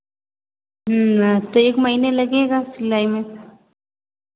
तो एक महीने लगेगा सिलाई में